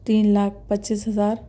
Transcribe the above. تین لاکھ پچیس ہزار